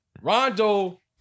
Rondo